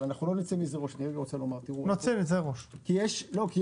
אבל אנחנו לא נצא מזה ראש כי יש עשרים,